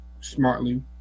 smartly